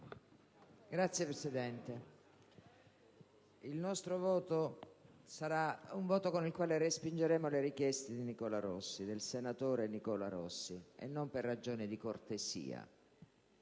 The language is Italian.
Signor Presidente, il nostro voto sarà volto a respingere le richieste del senatore Nicola Rossi, e non per ragioni di cortesia: